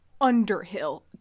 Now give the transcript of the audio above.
Underhill